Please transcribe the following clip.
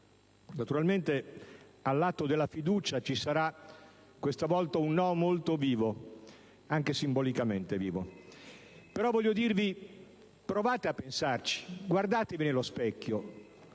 Naturalmente all'atto della fiducia ci sarà questa volta un no molto vivo, anche simbolicamente. Però voglio dirvi: provate a pensarci; guardatevi allo specchio;